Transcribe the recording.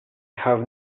have